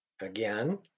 Again